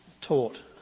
taught